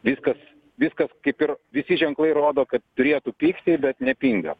viskas viskas kaip ir visi ženklai rodo kad turėtų pigti bet nepinga